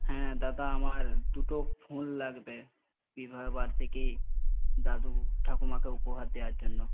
হ্যাঁ দাদা আমার দুটো ফোন লাগবে বিবাহবার্ষিকী দাদু ঠাকুমাকে উপহার দেওয়ার জন্য